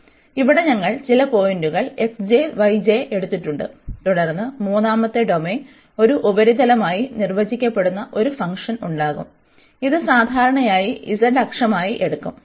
അതിനാൽ ഇവിടെ ഞങ്ങൾ ചില പോയിന്റുകൾ എടുത്തിട്ടുണ്ട് തുടർന്ന് മൂന്നാമത്തെ ഡൈമെൻഷൻ ഒരു ഉപരിതലമായി നിർവചിക്കപ്പെടുന്ന ഒരു ഫംഗ്ഷൻ ഉണ്ടാകും ഇത് സാധാരണയായി z അക്ഷമായി എടുക്കും